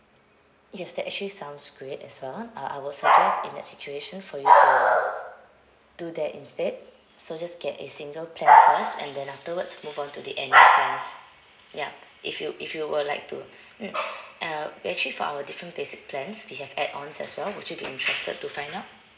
yes that actually sounds great as well uh I would suggest in that situation for you to do that instead so just get a single plan first and then afterwards move on to the annual plans yup if you if you were like to mm uh actually for our different basic plans we have add ons as well would you be interested to find out